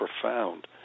profound